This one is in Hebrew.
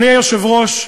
אדוני היושב-ראש,